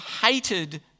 hated